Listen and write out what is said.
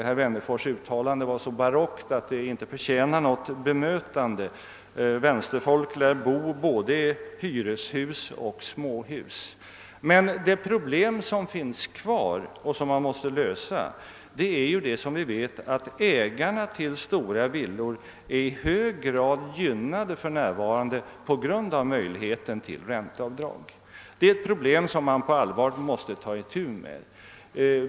Herr Wennerfors” uttalande var så barockt att det inte förtjänar något bemötande. Vänsterfolk lär bo i både hyreshus och småhus. Men det problem som kvarstår att lösa är, att ägarna till stora villor för närvarande är i hög grad gynnade genom möjligheten till ränteavdrag. Det är ett problem som man på allvar måste ta itu med.